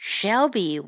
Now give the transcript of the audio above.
Shelby